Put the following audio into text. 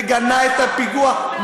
מגנה את הפיגוע,